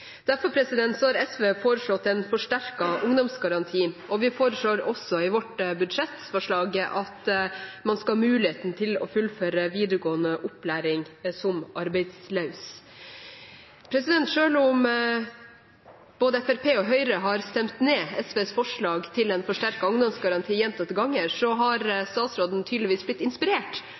Derfor har SV foreslått en forsterket ungdomsgaranti, og vi foreslår også i vårt budsjett at man skal ha muligheten til å fullføre videregående opplæring som arbeidsløs. Selv om både Fremskrittspartiet og Høyre har stemt ned SVs forslag til en forsterket ungdomsgaranti gjentatte ganger, har statsråden tydeligvis blitt inspirert,